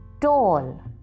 tall